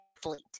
athlete